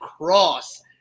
Cross